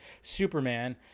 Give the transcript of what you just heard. Superman